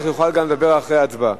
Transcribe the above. אני לא יכול להפסיק באמצע דיון.